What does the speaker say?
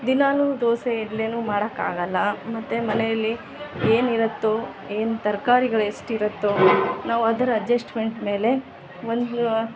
ದಿನಾಲು ದೋಸೆ ಇಡ್ಲಿ ಮಾಡೊಕ್ ಆಗೊಲ್ಲ ಮತ್ತು ಮನೆಯಲ್ಲಿ ಏನು ಇರತ್ತೋ ಏನು ತರಕಾರಿಗಳ್ ಎಷ್ಟು ಇರತ್ತೋ ನಾವು ಅದರ ಅಡ್ಜಸ್ಟ್ಮೆಂಟ್ ಮೇಲೆ ಒಂದು